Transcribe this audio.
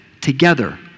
together